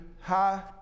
high